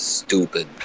Stupid